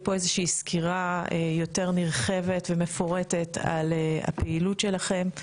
פה איזושהי סקירה יותר נרחבת ומפורטת על הפעילות שלכם.